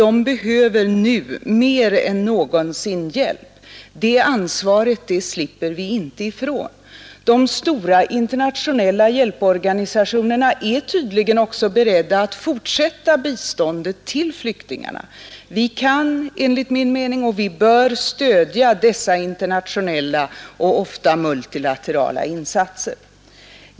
De behöver nu mer än någonsin hjälp, och det ansvaret slipper vi inte ifrån. De stora internationella hjälporganisationerna är tydligen också beredda att fortsätta biståndet till flyktingarna. Vi kan enligt min mening och vi bör stödja dessa internationella och ofta multilaterala insatser.